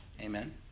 Amen